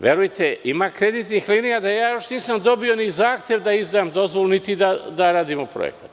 Verujte, ima kreditnih linija da ja još nisam dobio ni zahtev da izdam dozvolu, niti da radimo projekat.